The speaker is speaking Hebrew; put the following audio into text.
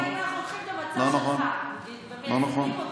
הרי אם היינו לוקחים את המצע ומיישמים אותו,